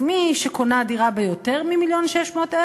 מי שקונה דירה ביותר מ-1.6 מיליון,